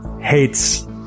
hates